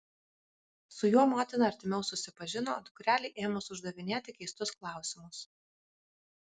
su juo motina artimiau susipažino dukrelei ėmus uždavinėti keistus klausimus